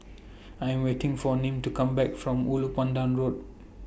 I Am waiting For Nim to Come Back from Ulu Pandan Road